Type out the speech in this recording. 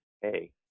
hey